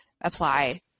apply